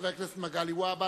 חבר הכנסת מגלי והבה,